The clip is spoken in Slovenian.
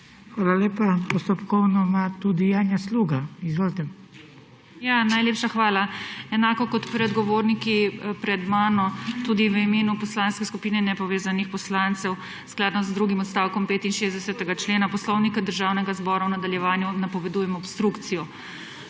Hvala lepa. Postopkovno ima tudi Janja Sluga. Izvolite. JANJA SLUGA (PS NP): Najlepša hvala. Enako kot predgovorniki pred mano tudi v imenu Poslanske skupine nepovezanih poslancev skladno z drugim odstavkom 65. člena Poslovnika Državnega zbora v nadaljevanju napovedujemo obstrukcijo.